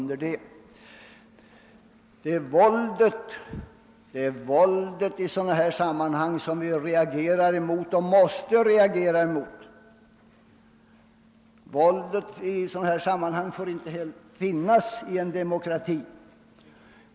Det är mot våldet som vi reagerar och måste reagera. Våld i sådana här sammanhang får inte förekomma i en demokrati.